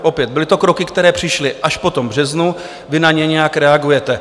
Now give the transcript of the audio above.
Opět byly to kroky, které přišly až po tom březnu, vy na ně nějak reagujete.